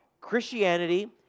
Christianity